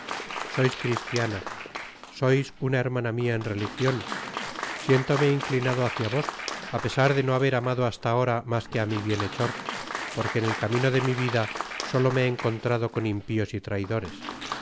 sois cristiana sois una hermana mia en religion siéntome inclinado hácia vos á pesar de no haber amado hasta ahora mas que á mi bienhechor porque en el camino de mi vida solo me he encontrado con impios y traidores